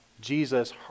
Jesus